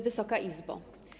Wysoka Izbo!